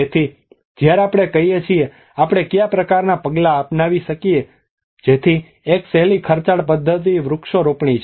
તેથી જ્યારે આપણે કહીએ કે આપણે કયા પ્રકારનાં પગલાં અપનાવી શકીએ છીએ જેથી એક સહેલી ખર્ચાળ પદ્ધતિ વૃક્ષો રોપણી છે